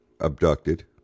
abducted